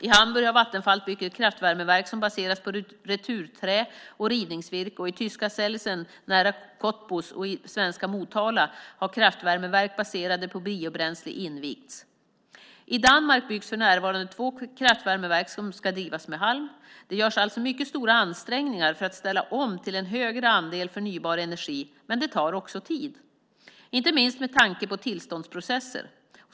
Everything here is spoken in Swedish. I Hamburg har Vattenfall byggt ett kraftvärmeverk som baseras på returträ och rivningsvirke, och i tyska Sellessen nära Cottbus och i svenska Motala har kraftvärmeverk baserade på biobränsle invigts. I Danmark byggs för närvarande två kraftvärmeverk som ska drivas med halm. Det görs alltså mycket stora ansträngningar för att ställa om till en högre andel förnybar energi - men det tar också tid, inte minst med tanke på tillståndsprocesser.